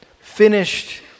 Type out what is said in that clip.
finished